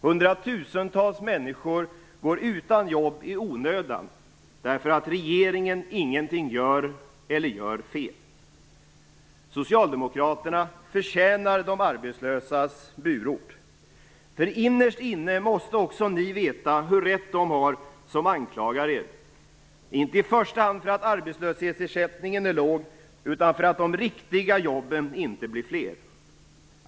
Hundratusentals människor går utan jobb i onödan därför att regeringen ingenting gör eller gör fel. Socialdemokraterna förtjänar de arbetslösas burop. Innerst inne måste också ni veta hur rätt de har som anklagar er, inte i första hand för att arbetslöshetsersättningen är låg utan för att de riktiga jobben inte blir fler.